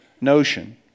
notion